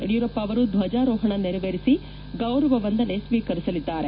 ಯಡಿಯೂರಪ್ಪ ಅವರು ಧ್ವಜಾರೋಹಣ ನೆರವೇರಿಸಿ ಗೌರವ ವಂದನೆ ಸ್ವೀಕರಿಸಲಿದ್ದಾರೆ